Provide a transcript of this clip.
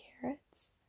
carrots